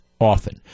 often